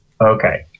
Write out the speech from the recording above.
Okay